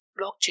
blockchain